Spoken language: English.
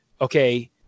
okay